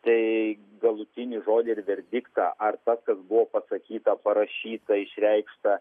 taigi galutinį žodį ir verdiktą ar tas kas buvo pasakyta parašyta išreikšta